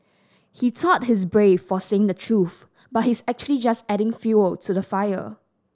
he thought he's brave for saying the truth but he's actually just adding fuel to the fire